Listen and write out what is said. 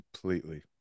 completely